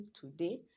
today